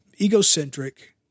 egocentric